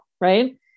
right